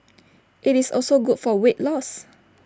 IT is also good for weight loss